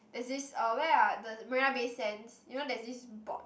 there's this uh where ah the Marina-Bay-Sands you know there's this board